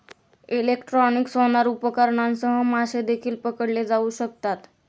electronic sonar उपकरणांसह मासे देखील पकडले जाऊ शकतात